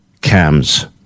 CAMS